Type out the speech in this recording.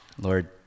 Lord